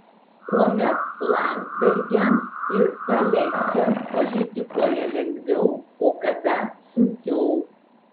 kuomet landsbergiams ir paleckiams politikoje lengviau o kada sunkiau